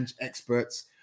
experts